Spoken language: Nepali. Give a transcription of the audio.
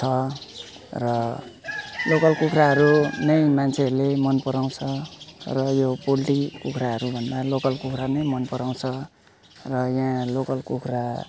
छ र लोकल कुखुराहरू नै मान्छेहरूले मन पराउँछ र यो पोल्ट्री कुखुराहरू भन्दा लोकल कुखुरा नै मन पराउँछ र यहाँ लोकल कुखुरा